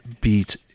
beat